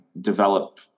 develop